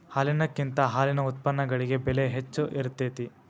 ಹಾಲಿನಕಿಂತ ಹಾಲಿನ ಉತ್ಪನ್ನಗಳಿಗೆ ಬೆಲೆ ಹೆಚ್ಚ ಇರತೆತಿ